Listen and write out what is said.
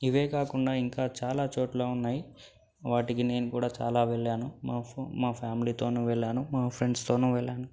ఇవే కాకుండా ఇంకా చాలా చోట్లు ఉన్నాయి వాటికి నేను కూడా చాలా వెళ్ళాను మా ఫ్యామిలీతో వెళ్ళాను మా ఫ్రెండ్స్తో వెళ్ళాను